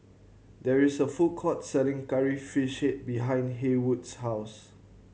there is a food court selling Curry Fish Head behind Haywood's house